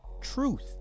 truth